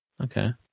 Okay